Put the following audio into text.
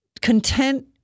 content